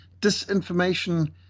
disinformation